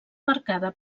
marcada